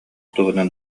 туһунан